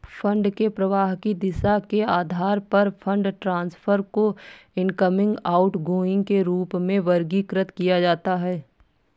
fund के प्रवाह की दिशा के आधार पर फंड ट्रांसफर को इनकमिंग, आउटगोइंग के रूप में वर्गीकृत किया जाता है